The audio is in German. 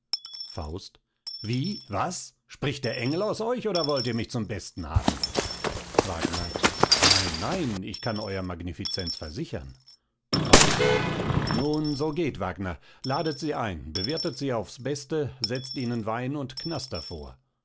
faust wie was spricht der engel aus euch oder wollt ihr mich zum besten haben wagner nein nein ich kann ew magnificenz versichern faust nun so geht wagner ladet sie ein bewirthet sie aufs beste setzt ihnen wein und knaster vor